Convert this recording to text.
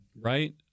Right